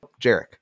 Jarek